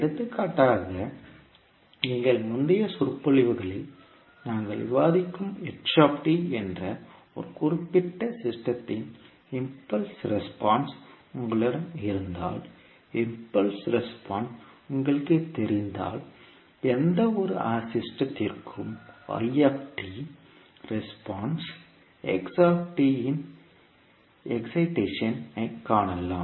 எடுத்துக்காட்டாக எங்கள் முந்தைய சொற்பொழிவுகளில் நாங்கள் விவாதிக்கும் h என்ற ஒரு குறிப்பிட்ட அமைப்பின் இம்பல்ஸ் ரெஸ்பான்ஸ் உங்களிடம் இருந்தால் இம்பல்ஸ் ரெஸ்பான்ஸ் உங்களுக்குத் தெரிந்தால் எந்தவொரு அமைப்பிற்கும் y ரெஸ்பான்ஸ் x இன் எக்ஸைடேஷன் காணலாம்